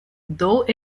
though